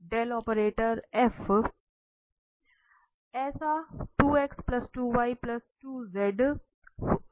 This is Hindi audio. तो ऐसा ही होगा